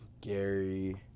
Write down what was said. Gary